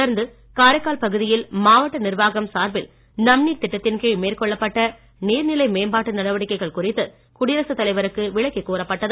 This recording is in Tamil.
தொடர்ந்து காரைக்கால் பகுதியில் மாவட்ட நிர்வாகம் சார்பில் நம் நீர் திட்டத்தின் கீழ் மேற்கொள்ளப்பட்ட நீர்நிலை மேம்பாட்டு நடவடிக்கைகள் குறித்து குடியரசு தலைவருக்கு விளக்கி கூறப்பட்டது